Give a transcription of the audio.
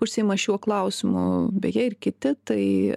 užsiima šiuo klausimu beje ir kiti tai